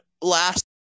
last